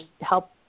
help